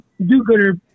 do-gooder